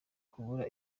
kubura